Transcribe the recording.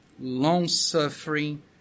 long-suffering